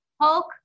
Hulk